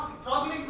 struggling